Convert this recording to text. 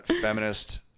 feminist